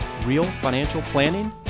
realfinancialplanning